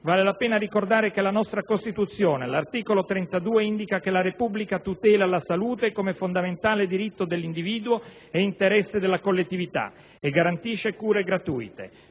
vale la pena ricordare che la nostra Costituzione, all'articolo 32, indica che la Repubblica tutela la salute come fondamentale diritto dell'individuo e interesse della collettività, e garantisce cure gratuite.